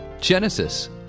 Genesis